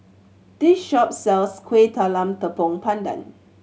this shop sells Kueh Talam Tepong Pandan